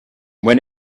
when